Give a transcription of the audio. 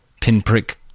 pinprick